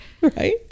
right